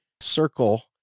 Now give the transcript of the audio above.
circle